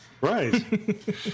Right